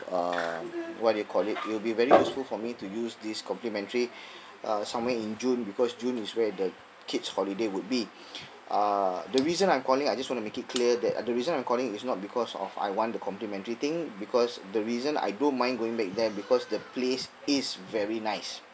uh what do you call it will be very useful for me to use this complimentary uh somewhere in june because june is where the kids' holiday would be err the reason I'm calling I just wanna make it clear that uh the reason I'm calling is not because of I want the complimentary thing because the reason I don't mind going back there because the place is very nice